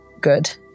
good